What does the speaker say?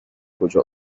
کجا